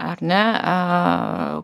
ar ne a